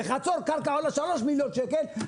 בחצור קרקע עולה 3 מיליון שקל,